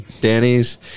Danny's